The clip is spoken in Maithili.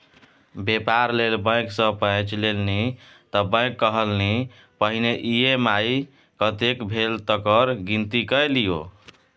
बेपार लेल बैंक सँ पैंच लेलनि त बैंक कहलनि पहिने ई.एम.आई कतेक भेल तकर गिनती कए लियौ